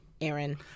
Aaron